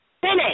finish